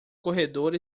corredor